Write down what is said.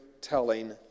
telling